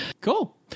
Cool